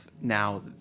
now